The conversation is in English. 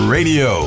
Radio